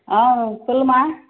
ஆ சொல்லும்மா